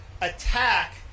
attack –